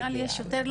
נראה לי שיש יותר.